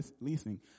leasing